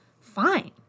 fine